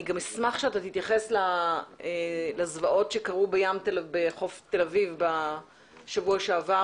אני גם אשמח אם תתייחס לזוועות שקרו בחוף תל אביב בשבוע שעבר,